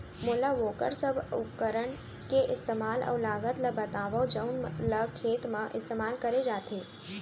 मोला वोकर सब उपकरण के इस्तेमाल अऊ लागत ल बतावव जउन ल खेत म इस्तेमाल करे जाथे?